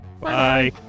bye